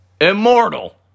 immortal